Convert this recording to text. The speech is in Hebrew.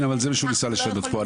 זה מה שהוא ניסה לשנות כאן.